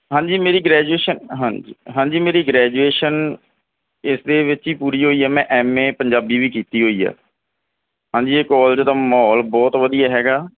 ਹਾਂਜੀ ਮੇਰੀ ਗ੍ਰੈਜੂਏਸ਼ਨ ਹਾਂਜੀ ਹਾਂਜੀ ਮੇਰੀ ਗ੍ਰੈਜੂਏਸ਼ਨ ਇਸ ਦੇ ਵਿੱਚ ਹੀ ਪੂਰੀ ਹੋਈ ਹੈ ਮੈਂ ਐਮ ਏ ਪੰਜਾਬੀ ਵੀ ਕੀਤੀ ਹੋਈ ਹੈ ਹਾਂਜੀ ਇਹ ਕਾਲਜ ਦਾ ਮਾਹੌਲ ਬਹੁਤ ਵਧੀਆ ਹੈਗਾ